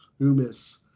Umis